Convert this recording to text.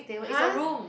!huh!